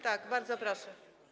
Tak, bardzo proszę.